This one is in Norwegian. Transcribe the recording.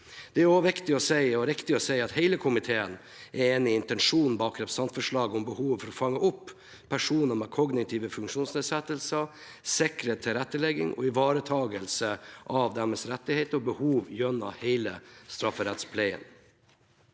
viktig og riktig å si at hele komiteen er enig i intensjonen bak representantforslaget om behovet for å fange opp personer med kognitive funksjonsnedsettelser, sikre tilrettelegging og ivareta deres rettigheter og behov gjennom hele strafferettspleien.